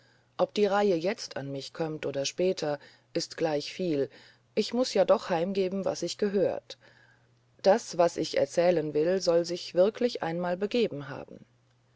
ob die reihe jetzt an mich kömmt oder später ist gleichviel ich muß ja doch heimgeben was ich gehört das was ich erzählen will soll sich wirklich einmal begeben haben